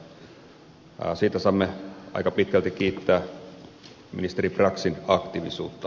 siitä saamme aika pitkälti kiittää ministeri braxin aktiivisuutta